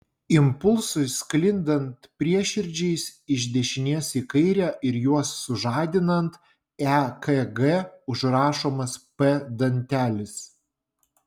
impulsui sklindant prieširdžiais iš dešinės į kairę ir juos sužadinant ekg užrašomas p dantelis